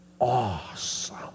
Awesome